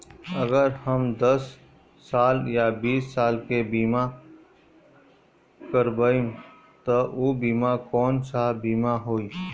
अगर हम दस साल या बिस साल के बिमा करबइम त ऊ बिमा कौन सा बिमा होई?